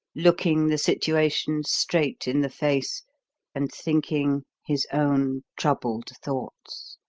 looking the situation straight in the face and thinking his own troubled thoughts.